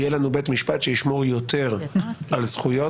יהיה לנו בית משפט שישמור יותר על זכויות,